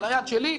על היד שלי,